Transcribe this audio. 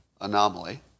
anomaly